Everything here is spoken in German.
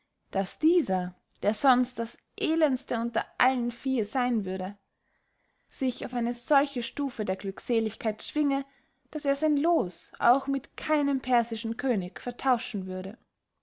daß dieser der sonst das elendeste unter allen viehe seyn würde sich auf eine solche stuffe der glückseligkeit schwinge daß er sein loos auch mit keinem persischen könige vertauschen würde